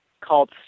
called